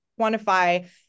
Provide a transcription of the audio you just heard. quantify